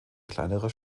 kleinerer